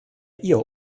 ihr